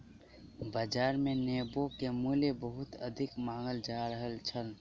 बाजार मे नेबो के मूल्य बहुत अधिक मांगल जा रहल छल